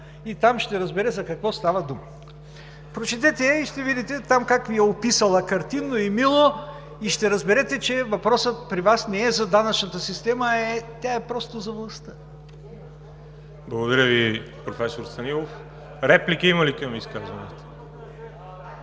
и там ще разбере за какво става дума. Прочетете я и ще видите там как я е описала картинно и мило, и ще разберете, че въпросът при Вас не е за данъчната система, а е просто за властта. ПРЕДСЕДАТЕЛ ВАЛЕРИ ЖАБЛЯНОВ: Благодаря Ви, професор Станилов. Реплики има ли към изказването?